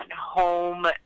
home